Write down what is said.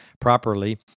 properly